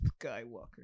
skywalker